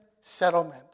settlement